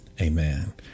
Amen